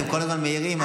אתם כל הזמן מעירים,